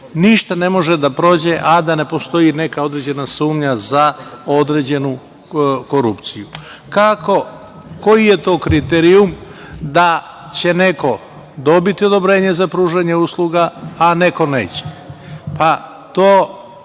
ništa ne može da prođe, a da ne postoji neka određena sumnja za određenu korupciju. Koji je to kriterijum da će neko dobiti odobrenje za pružanje usluga, a neko neće?